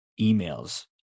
emails